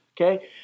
Okay